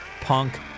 Punk